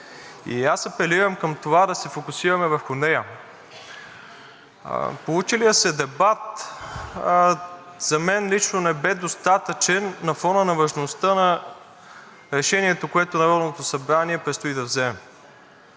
Аз апелирам към това да се фокусираме върху нея. Получилият се дебат за мен лично не бе достатъчен на фона на важността на решението, което Народното събрание предстои да вземе.